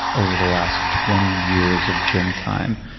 over the last twenty years of gym time.